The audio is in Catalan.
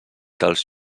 dels